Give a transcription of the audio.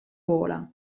vola